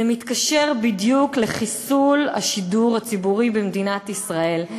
זה מתקשר בדיוק לחיסול השידור הציבורי במדינת ישראל.